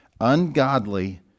ungodly